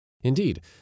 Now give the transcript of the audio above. Indeed